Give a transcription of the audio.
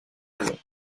avion